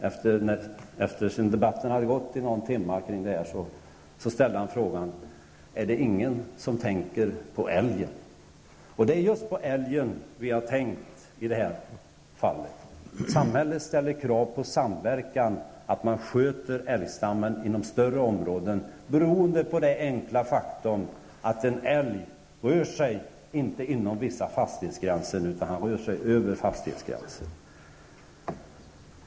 Efter det att debatten kring detta hade pågått några timmar ställde han frågan: Är det ingen som tänker på älgen? Det är just på älgen vi har tänkt i det här fallet. Samhället ställer krav på samverkan och på att man sköter älgstammen inom större områden. Detta beror på det enkla faktum att en älg inte rör sig inom vissa fastighetsgränser utan över fastighetsgränserna.